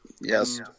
Yes